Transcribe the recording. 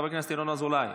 חבר הכנסת ינון אזולאי,